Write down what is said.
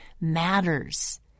matters